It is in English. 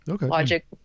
Logic